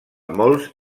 molts